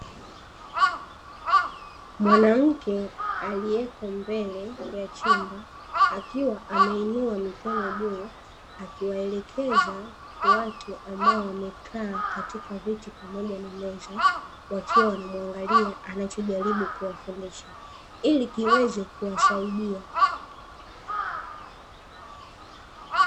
Mwanamke aliyeko mbele ya chumba, akiwa ameinua mikono juu akiwaelekeza watu ambao wamekaa katika viti, pamoja na meza wakiwa wanamwangalia anachojaribu kuwafundisha ili kiweze kuwasaidia.